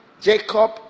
Jacob